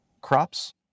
crops